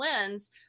lens